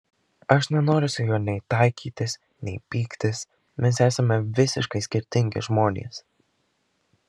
aš nenoriu su juo nei taikytis nei pyktis mes esame visiškai skirtingi žmonės